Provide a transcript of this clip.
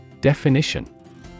Definition